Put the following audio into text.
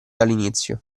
dall’inizio